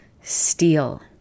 steal